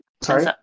Sorry